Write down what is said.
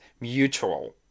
mutual